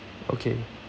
okay